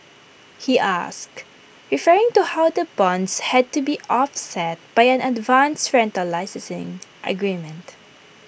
he asked referring to how the bonds had to be offset by an advance rental licensing agreement